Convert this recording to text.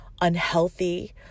unhealthy